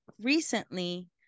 recently